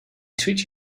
treat